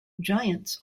giants